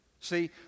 See